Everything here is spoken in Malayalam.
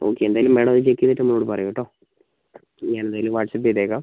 ഓക്കെ എന്തായാലും മാഡം അത് ചെക്ക് ചെയ്തിട്ട് ഒന്ന് കൂടി പറയൂട്ടോ ഞാൻ എന്തായാലും വാട്ട്സ്ആപ്പ് ചെയ്തേക്കാം